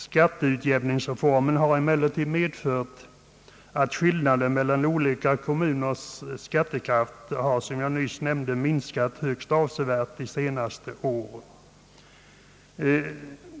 Skatteutjämningsreformen har emellertid medfört att skillnaden mellan olika kommuners skattekraft har, som jag nyss nämnde, minskat högst avsevärt under de senaste åren.